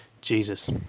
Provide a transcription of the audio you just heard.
Jesus